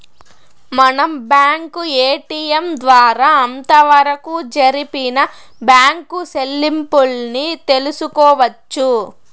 మనం bank ATM ద్వారా అంతవరకు జరిపిన బ్యాంకు సెల్లింపుల్ని తెలుసుకోవచ్చు